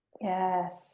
yes